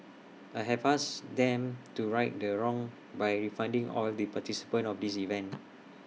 I have asked them to right the wrong by refunding all the participants of this event